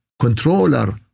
controller